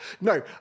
no